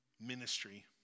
ministry